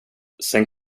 sen